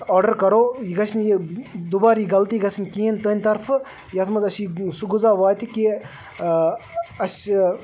order کَرو یہِ گژھِ نہٕ یہِ دُبار یہِ غلطی گژھٕنۍ کِہیٖنۍ تُہنٛدِ طرفہٕ یَتھ منٛز اَسہِ یہِ سُہ غذا واتہِ کہِ اَسہِ